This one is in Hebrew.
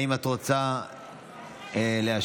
האם את רוצה להשיב?